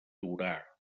torà